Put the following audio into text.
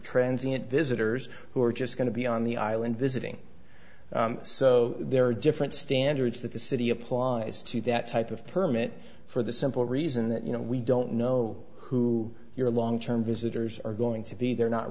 transit visitors who are just going to be on the island visiting so there are different standards that the city applies to that type of permit for the simple reason that you know we don't know who your long term visitors are going to be they're not